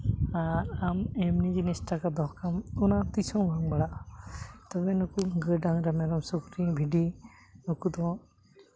ᱟᱨ ᱟᱢ ᱮᱢᱱᱤ ᱡᱤᱱᱤᱥ ᱴᱟᱠᱟ ᱫᱚᱦᱚ ᱠᱟᱜ ᱟᱢ ᱚᱱᱟ ᱛᱤᱥᱦᱚᱸ ᱵᱟᱝ ᱵᱟᱲᱦᱟᱜᱼᱟ ᱛᱚᱵᱮ ᱱᱩᱠᱩ ᱜᱟᱹᱭ ᱰᱟᱝᱨᱟ ᱢᱮᱨᱚᱢ ᱥᱩᱠᱨᱤ ᱵᱷᱤᱰᱤ ᱱᱩᱠᱩ ᱫᱚ